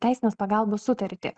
teisinės pagalbos sutartį